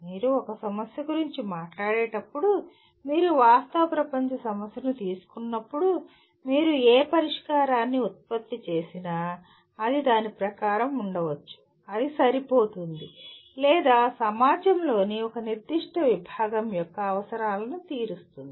మీరు ఒక సమస్య గురించి మాట్లాడేటప్పుడు మీరు వాస్తవ ప్రపంచ సమస్యను తీసుకున్నప్పుడు మీరు ఏ పరిష్కారాన్ని ఉత్పత్తి చేసినా అది దాని ప్రకారం ఉండవచ్చు అది సరిపోతుంది లేదా సమాజంలోని ఒక నిర్దిష్ట విభాగం యొక్క అవసరాలను తీరుస్తుంది